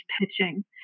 pitching